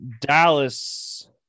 Dallas